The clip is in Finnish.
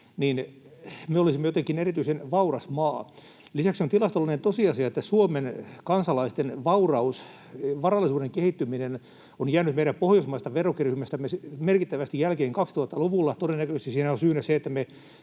niin me olisimme jotenkin erityisen vauras maa. Lisäksi on tilastollinen tosiasia, että Suomen kansalaisten varallisuuden kehittyminen on jäänyt meidän pohjoismaisesta verrokkiryhmästämme merkittävästi jälkeen 2000-luvulla — todennäköisesti siihen on syynä se,